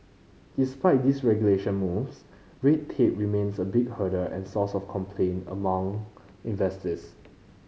despite deregulation moves red tape remains a big hurdle and source of complaint among investors